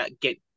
get